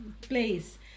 place